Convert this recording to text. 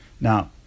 Now